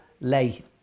lay